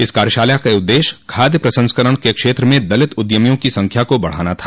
इस कार्यशाला का उददेश्य खाद्य प्रसंस्करण के क्षेत्र में दलित उद्यमियों की संख्या को बढ़ाना था